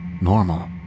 normal